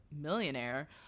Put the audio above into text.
millionaire